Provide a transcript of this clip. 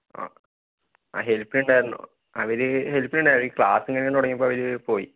ആ ഹെല്പിനുണ്ടായിരുന്നു അവര് ഹെല്പിനുണ്ടായിരുന്നു ഈ ക്ലാസ്സ് ഇങ്ങനെ തുടങ്ങിയപ്പോൾ അവര് പോയി